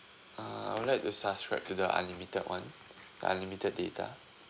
uh I'd like to subscribe to the unlimited one unlimited data